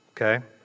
okay